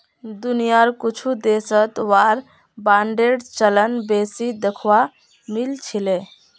दुनियार कुछु देशत वार बांडेर चलन बेसी दखवा मिल छिले